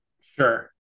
sure